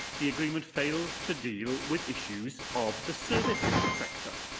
the agreement fails to deal with issues of the services sector,